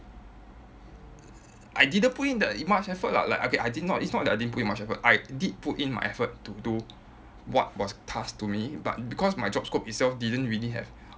I didn't put in that much effort lah like okay I did not it's not that I didn't put in much effort I did put in my effort to do what was tasked to me but because my job scope itself didn't really have